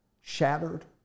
shattered